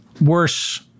worse